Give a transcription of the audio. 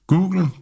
Google